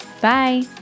Bye